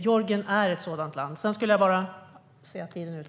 Georgien är ett sådant land.